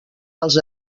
els